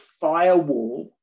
firewall